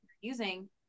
using